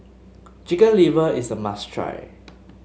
Chicken Liver is a must try